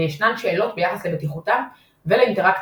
וישנן שאלות ביחס לבטיחותם ולאינטראקציות